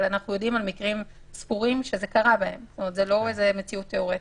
אבל אנחנו יודעים על מקרים ספורים שזה קרה זה לא מציאות תיאורטית.